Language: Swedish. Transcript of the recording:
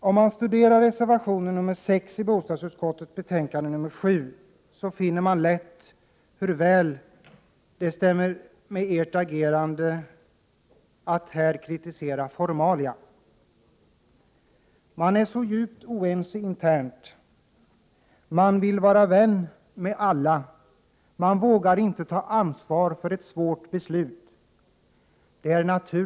Om man studerar reservation 6 i bostadsutskottets betänkande 7, finner man lätt hur väl det stämmer med ert agerande att här kritisera I formalia. Ni är så djupt oense internt, ni vill vara vän med alla, ni vågar inte ta ansvar för ett svårt beslut.